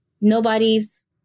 Nobody's